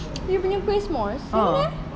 you punya kuih s'mores yang mana eh